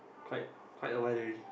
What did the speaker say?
quite quite awhile already